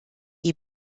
die